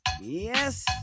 Yes